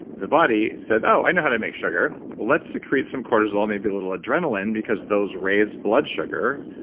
the body said, oh i know how to make sugar. well let's secrete some cortisol, maybe a little adrenaline because those raise blood sugar.